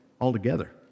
altogether